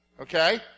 Okay